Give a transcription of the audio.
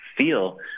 feel